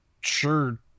sure